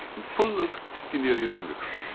and full of skinnerian conviction.